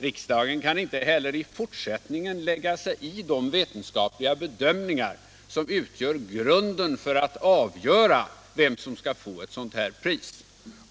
Riksdagen kan inte heller i fortsättningen lägga sig i de vetenskapliga bedömningar som utgör grunden för vem som skall få ett sådant här pris.